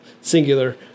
singular